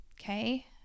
Okay